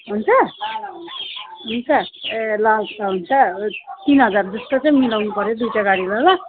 हुन्छ हुन्छ ए ल त हुन्छ तिन हजार जस्तो चाहिँ मिलाउनुपऱ्यो दुइटा गाडीलाई ल